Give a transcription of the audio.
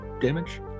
damage